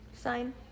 sign